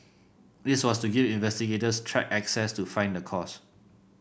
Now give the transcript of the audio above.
this was to give investigators track access to find the cause